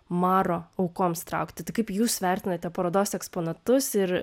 maro aukoms traukti tai kaip jūs vertinate parodos eksponatus ir